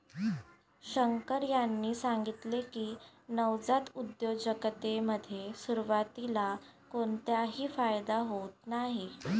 शंकर यांनी सांगितले की, नवजात उद्योजकतेमध्ये सुरुवातीला कोणताही फायदा होत नाही